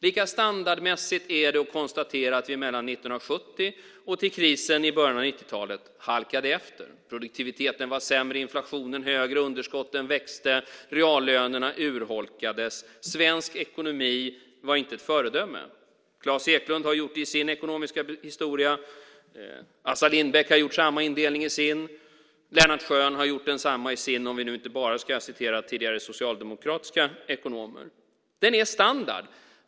Lika standardmässigt är det att konstatera att vi mellan 1970 och krisen i början av 90-talet halkade efter. Produktiviteten var sämre, inflationen högre, underskotten växte och reallönerna urholkades. Svensk ekonomi var inte ett föredöme. Klas Eklund har konstaterat det i sin ekonomiska historia, och Assar Lindbäck har gjort samma indelning i sin. Lennart Schön har gjort detsamma, om vi nu inte bara ska citera tidigare socialdemokratiska ekonomer. Denna beskrivning är standard.